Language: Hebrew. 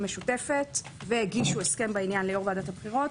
משותפת והגישו הסכם בעניין ליו"ר ועדת הבחירות,